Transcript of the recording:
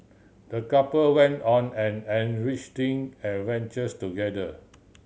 the couple went on an enriching adventure together